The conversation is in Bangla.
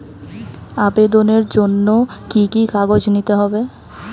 আবেদনের জন্য কি কি কাগজ নিতে হবে?